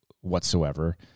whatsoever